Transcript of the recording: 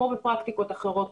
כמו בפרקטיקות אחרות,